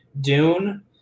Dune